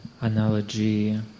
analogy